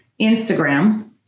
Instagram